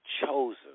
chosen